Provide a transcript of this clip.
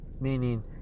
meaning